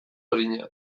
arina